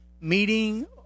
meeting